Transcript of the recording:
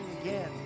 again